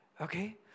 Okay